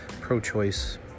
pro-choice